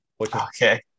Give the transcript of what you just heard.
Okay